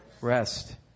Rest